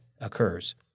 occurs